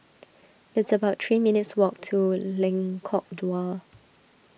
it's about three minutes' walk to Lengkok Dua